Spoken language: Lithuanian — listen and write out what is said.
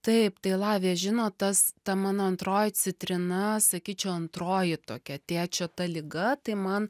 taip tai lavija žinot tas ta mano antroji citrina sakyčiau antroji tokia tėčio ta liga tai man